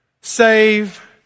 save